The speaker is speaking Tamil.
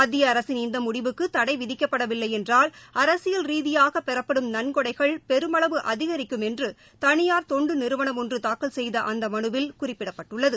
மத்தியஅரசின் இந்தமுடிவுக்குதடைவிதிக்கப்படவில்லைஎன்றால் ரீதியானபெறப்படும் நன்கொடைகள் பெருமளவு அதிகரிக்கும் என்றுதனியார் தொண்டுநிறுவனம் ஒன்றுதாக்கல் செய்தஅந்தமனுவில் குறிப்பிடப்பட்டுள்ளது